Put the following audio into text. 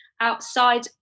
outside